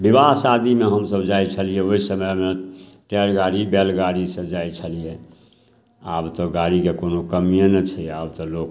विवाह शादीमे हमसभ जाइ छलिए ओहि समयमे टाइर गाड़ी बैल गाड़ीसँ जाइ छलिए आब तऽ गाड़ीके कोनो कमिए नहि छै आब तऽ लोक